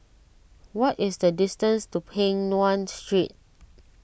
what is the distance to Peng Nguan Street